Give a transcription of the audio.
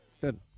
Good